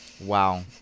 Wow